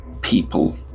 people